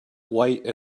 white